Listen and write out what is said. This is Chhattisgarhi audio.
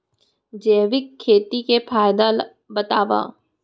जैविक खेती के फायदा बतावा?